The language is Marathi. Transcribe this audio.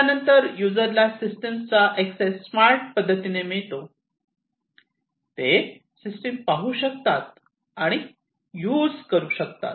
त्यानंतर यूजर ला सिस्टीमचा एक्सेस स्मार्ट पद्धतीने मिळतो ते सिस्टीम पाहू शकतात आणि युज करू शकतात